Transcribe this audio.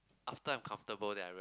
after I'm comfortable then I re~